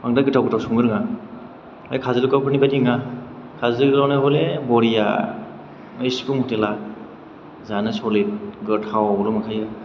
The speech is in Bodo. बांद्राय गोथाव गोथाव संनो रोङा बे काजलगावफोरनि बायदि नोङा काजोलगावना हले बरिया बे सिफुं हटेला जानो सलिद गोथावल' मोनखायो